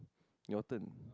your turn